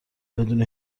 بدون